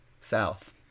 South